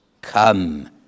come